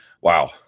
Wow